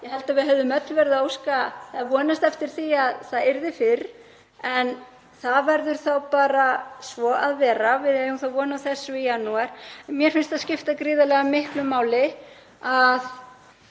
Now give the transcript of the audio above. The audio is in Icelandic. Ég held að við höfum öll verið að vonast eftir því að það yrði fyrr en það verður þá bara svo að vera. Við eigum von á þessu í janúar. Mér finnst skipta gríðarlega miklu máli að